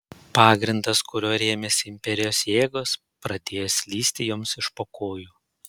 pagrindas kuriuo rėmėsi imperijos jėgos pradėjo slysti joms iš po kojų